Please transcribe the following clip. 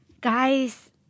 guys